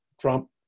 Trump